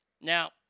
Now